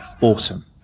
Awesome